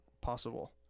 possible